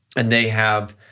and they have